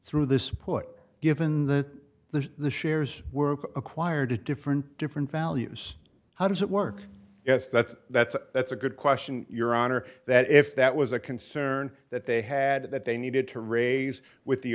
through this put given that the the shares were acquired to different different values how does it work yes that's that's a that's a good question your honor that if that was a concern that they had that they needed to raise with the